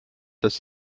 dass